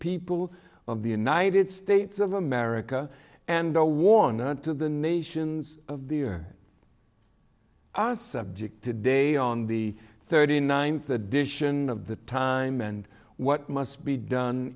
people of the united states of america and a warning not to the nations of the year a subject today on the thirty ninth edition of the time and what must be done